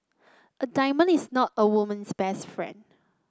a diamond is not a woman's best friend